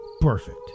Perfect